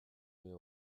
mets